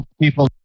people